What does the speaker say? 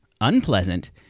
unpleasant